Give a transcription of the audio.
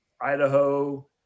Idaho